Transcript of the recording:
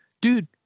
dude